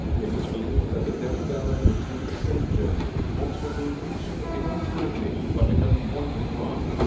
it was believed that the dead pharaoh would take the same journey, ultimately reaching immortality by becoming one with ra.